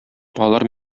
алар